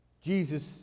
Jesus